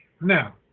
Now